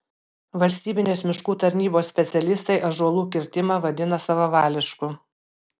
valstybinės miškų tarnybos specialistai ąžuolų kirtimą vadina savavališku